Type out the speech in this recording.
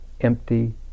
empty